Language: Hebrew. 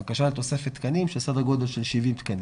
בקשה לתוספת תקנים בסדר גודל של 70 תקנים.